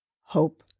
hope